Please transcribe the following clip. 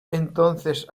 entonces